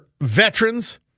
veterans